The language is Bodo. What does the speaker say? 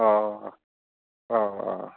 औ औ औ